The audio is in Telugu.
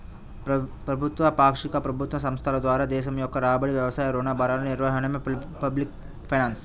ప్రభుత్వ, పాక్షిక ప్రభుత్వ సంస్థల ద్వారా దేశం యొక్క రాబడి, వ్యయాలు, రుణ భారాల నిర్వహణే పబ్లిక్ ఫైనాన్స్